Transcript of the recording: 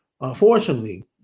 Unfortunately